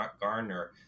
garner